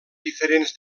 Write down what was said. diferents